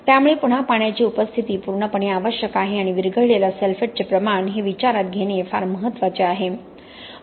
त्यामुळे पुन्हा पाण्याची उपस्थिती पूर्णपणे आवश्यक आहे आणि विरघळलेल्या सल्फेटचे प्रमाण हे विचारात घेणे फार महत्वाचे आहे